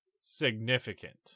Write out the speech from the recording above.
significant